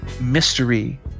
mystery